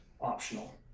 optional